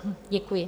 Děkuji.